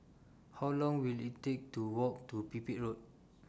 How Long Will IT Take to Walk to Pipit Road